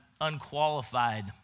unqualified